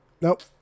Nope